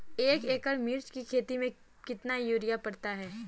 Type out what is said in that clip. एक एकड़ मिर्च की खेती में कितना यूरिया पड़ता है?